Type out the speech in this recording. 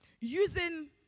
using